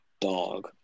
dog